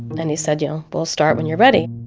then he said, you know, we'll start when you're ready